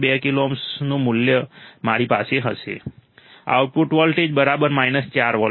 2K ઓહ્મનું મૂલ્ય મારી પાસે હશે આઉટપુટ વોલ્ટેજ 4 વોલ્ટ